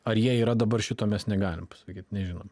ar jie yra dabar šito mes negalim sakyt nežinau